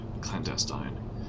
clandestine